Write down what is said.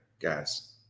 guys